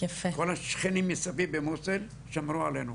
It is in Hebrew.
כל השכנים מסביב מוסול, שמרו עלינו,